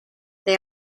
they